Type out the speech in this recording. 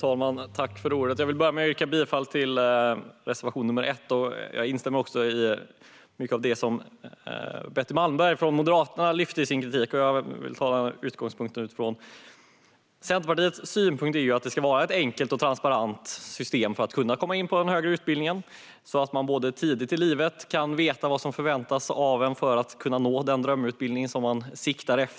Fru talman! Jag vill börja med att yrka bifall till reservation nr 1. Jag instämmer också i mycket av den kritik som Betty Malmberg från Moderaterna framförde. Centerpartiets synpunkt är att det ska vara ett enkelt och transparent system för antagning till den högre utbildningen, så att man tidigt i livet kan veta vad som förväntas av en för att kunna nå den drömutbildning som man siktar på.